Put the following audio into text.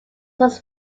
most